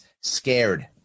scared